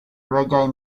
reggae